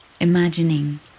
Imagining